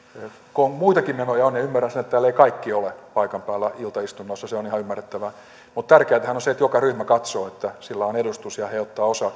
kun on muitakin menoja niin ymmärrän sen että täällä eivät kaikki ole paikan päällä iltaistunnossa se on ihan ymmärrettävää mutta tärkeätähän on se että joka ryhmä katsoo että sillä on edustus ja he ottavat osaa